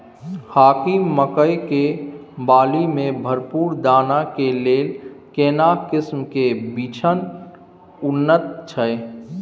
हाकीम मकई के बाली में भरपूर दाना के लेल केना किस्म के बिछन उन्नत छैय?